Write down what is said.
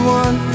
one